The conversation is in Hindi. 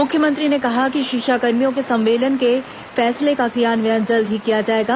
मुख्यमंत्री ने कहा कि शिक्षाकर्मियों के संविलियन के फैसले का क्रियान्वयन जल्द ही किया जाएगा